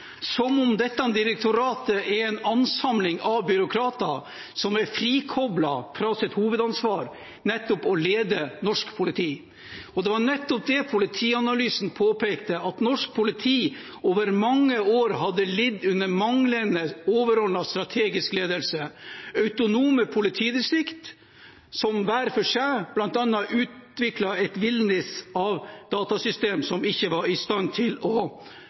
som om dette direktoratet er en ansamling av byråkrater som er frikoblet fra sitt hovedansvar: å lede norsk politi. Det var nettopp det politianalysen påpekte, at norsk politi over mange år hadde lidd under manglende overordnet strategisk ledelse, autonome politidistrikt som hver for seg bl.a. utviklet et villnis av datasystemer som ikke var i stand til å